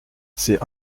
c’est